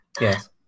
Yes